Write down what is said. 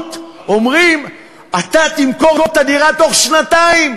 רָעוּת אומרים: אתה תמכור את הדירה בתוך שנתיים.